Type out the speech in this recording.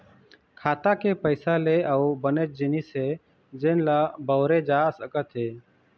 खाता के पइसा ले अउ बनेच जिनिस हे जेन ल बउरे जा सकत हे